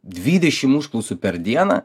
dvidešimt užklausų per dieną